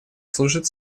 служит